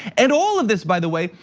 and all of this, by the way,